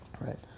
Right